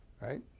Right